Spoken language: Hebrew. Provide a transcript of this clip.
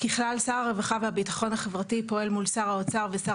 ככלל שר הרווחה והביטחון החברתי פועל מול שר האוצר ושר